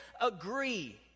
agree